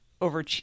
over